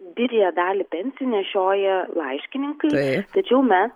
didžiąją dalį pensijų nešioja laiškininkai tačiau mes